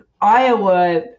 Iowa